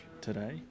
today